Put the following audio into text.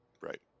Right